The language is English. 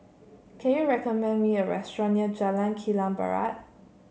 can you recommend me a restaurant near Jalan Kilang Barat